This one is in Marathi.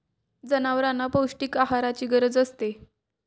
जनावरांना पौष्टिक आहाराची गरज असते